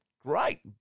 great